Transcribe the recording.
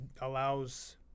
allows